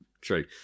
true